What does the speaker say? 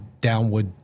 downward